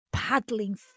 paddling